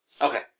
Okay